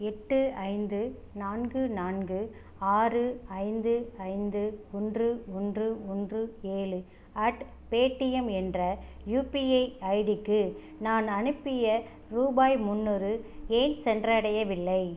எட்டு ஐந்து நான்கு நான்கு ஆறு ஐந்து ஐந்து ஒன்று ஒன்று ஒன்று ஏழு அட் பேடிஎம் என்ற யுபிஐ ஐடிக்கு நான் அனுப்பிய ரூபாய் முன்னூறு ஏன் சென்றடையவில்லை